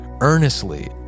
Earnestly